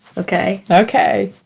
ok? ok